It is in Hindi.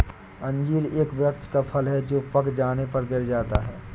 अंजीर एक वृक्ष का फल है जो पक जाने पर गिर जाता है